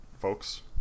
folks